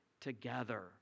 together